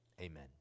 Amen